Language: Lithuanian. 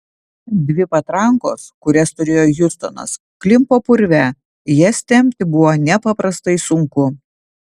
dvi patrankos kurias turėjo hiustonas klimpo purve jas tempti buvo nepaprastai sunku